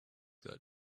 that